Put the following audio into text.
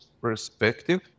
perspective